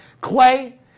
Clay